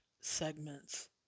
segments